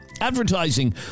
advertising